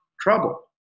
trouble